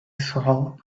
saw